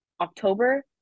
October